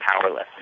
powerless